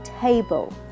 table